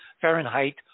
Fahrenheit